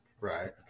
Right